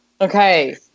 Okay